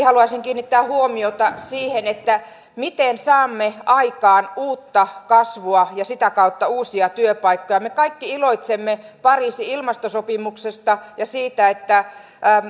haluaisin kiinnittää huomiota siihen miten saamme aikaan uutta kasvua ja sitä kautta uusia työpaikkoja me kaikki iloitsemme pariisin ilmastosopimuksesta ja siitä että